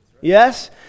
Yes